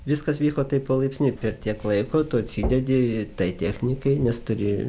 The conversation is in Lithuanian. viskas vyko taip palaipsniui per tiek laiko tu atsidedi tai technikai nes turi